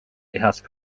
heast